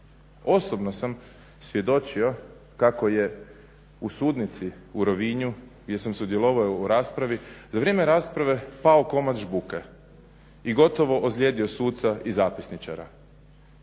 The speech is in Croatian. Osobno sam svjedočio kako je u sudnici u Rovinju gdje sam sudjelovao u raspravi za vrijeme rasprave pao komad žbuke i gotovo ozlijedio suca i zapisničara.